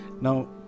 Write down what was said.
Now